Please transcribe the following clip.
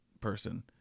person